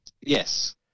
Yes